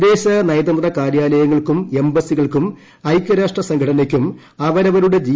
വിദേശ നയതന്ത്ര കാര്യാലയങ്ങൾക്കും എംബസികൾക്കും ഐക്യരാഷ്ട്ര സംഘടനയ്ക്കും അവരവരുടെ ജി